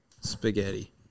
spaghetti